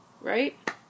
right